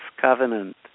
covenant